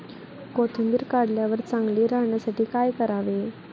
कोथिंबीर काढल्यावर चांगली राहण्यासाठी काय करावे?